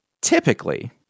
typically